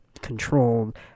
controlled